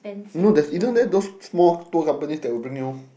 no there's even there those small tour companies that bring you